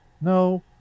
No